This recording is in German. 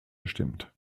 bestimmt